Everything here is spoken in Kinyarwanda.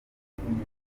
igitaramo